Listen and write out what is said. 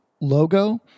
logo